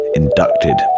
inducted